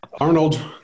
Arnold